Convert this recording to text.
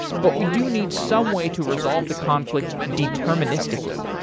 but we do need some way to resolve the conflict deterministically.